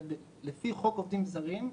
לפי חוק עובדים זרים,